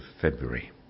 February